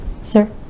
Sir